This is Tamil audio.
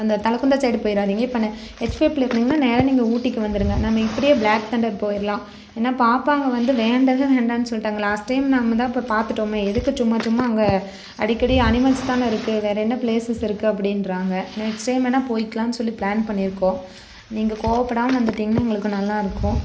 அந்த தலகுந்தா சைடு போய்றாதீங்க இப்போ நான் எட்ச்வெப்ல இருந்தீங்கனால் நேராக நீங்கள் ஊட்டிக்கு வந்துடுங்க நம்ம இப்படியே ப்ளாக் தண்டர் போய்ர்லாம் ஏன்னா பாப்பாங்கள் வந்து வேண்டவே வேண்டாம்னு சொல்லிட்டாங்கள் லாஸ்ட் டைம் நம்ம தான் போய் பார்த்துட்டோமே எதுக்கு சும்மா சும்மா அங்கே அடிக்கடி அனிமல்ஸ் தான் இருக்குது வேறு என்ன ப்ளேஸஸ் இருக்குது அப்படின்றாங்க நெக்ஸ்ட் டைம் வேணுணா போய்க்கலாம் சொல்லி ப்ளான் பண்ணியிருக்கோம் நீங்கள் கோவப்படாமல் வந்திட்டீங்கனால் எங்களுக்கும் நல்லாயிருக்கும்